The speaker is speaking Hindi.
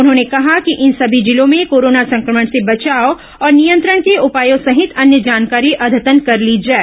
उन्होंने कहा कि इन सभी जिलों में कोरोना संक्रमण से बचाव और नियंत्रण के उपायों सहित अन्य जानकारी अद्यतन कर ली जाए